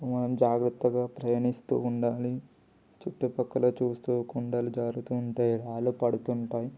మనం జాగ్రత్తగా ప్రయాణిస్తూ ఉండాలి చుట్టుపక్కల చూస్తూ కొండలు జారుతూ ఉంటాయి రాళ్ళు పడుతుంటాయి